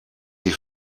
die